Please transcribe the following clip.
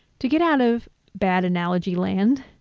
to get out of bad analogy land,